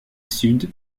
sud